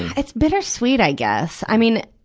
it's bittersweet, i guess. i mean,